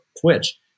Twitch